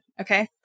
okay